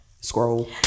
Scroll